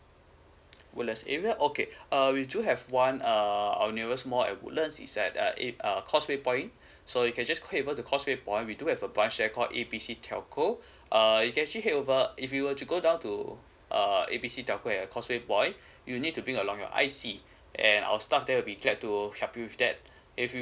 woodlands area okay uh we do have one um our nearest mall at woodlands is at uh eight uh causeway point so you can just head over to causeway point we do have a branch called A B C telco uh you can actually head over uh if you were to go down to err A B C telco at causeway point you need to bring along the I_C and our staff there will be glad to help you with that if y~